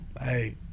hey